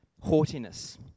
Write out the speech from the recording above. Haughtiness